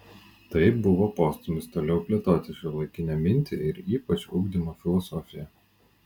tai buvo postūmis toliau plėtoti šiuolaikinę mintį ir ypač ugdymo filosofiją